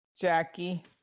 Jackie